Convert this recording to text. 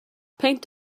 peint